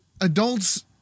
adults